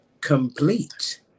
complete